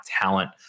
talent